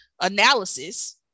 analysis